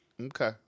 Okay